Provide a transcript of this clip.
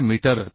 4 metre